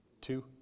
Two